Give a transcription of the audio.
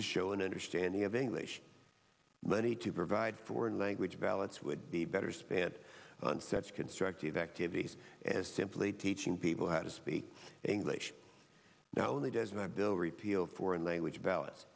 to show an understanding of english but he to provide foreign language ballots would be better spent on such constructive activities as simply teaching people how to speak english not only does not bill repealed foreign language balance